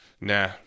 nah